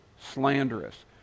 slanderous